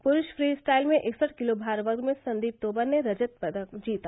पुरूष freestyle में इकसठ किलो भारवर्ग में संदीप तोमर ने रजत पदक जीता